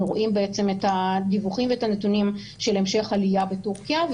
רואים את הדיווחים ואת הנתונים של המשך עלייה בטורקיה,